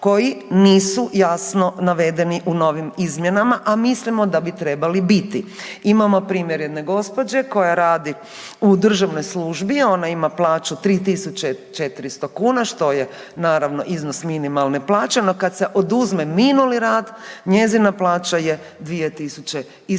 koji nisu jasno navedeni u novim izmjenama, a mislimo da bi trebali biti. Imamo primjer jedne gospođe koja radi u državnoj službi, ona ima plaću 3.400 kuna što je naravno iznos minimalne plaće, no kad se oduzme minuli rad njezina plaća je 2.700